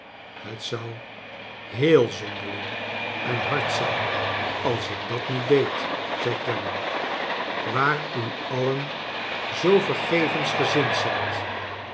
het zou heel zonderling en hard zijn als ik dat niet deed zei clennam waar u alien zoo vergevensgezind zijt